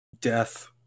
Death